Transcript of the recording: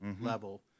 level